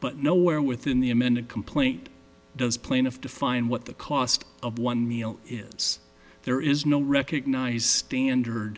but nowhere within the amended complaint does plaintiff define what the cost of one meal is there is no recognize standard